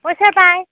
পইচা পায়